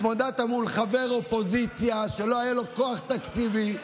התמודדת מול חבר אופוזיציה שלא היה לו כוח תקציבי.